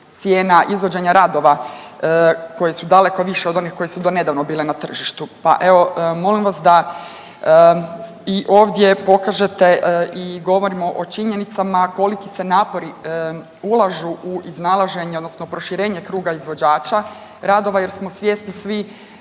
cijena izvođenja radova koje su daleko više od onih koje su do nedavno bile na tržištu. Pa evo molim vas da i ovdje pokažete i govorimo o činjenicama koliki se napori ulažu u iznalaženje, odnosno proširenje kruga izvođača radova jer smo svjesni svi